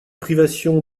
privation